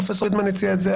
פרופסור פרידמן הציע את זה,